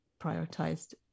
prioritized